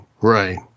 right